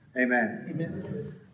Amen